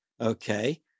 okay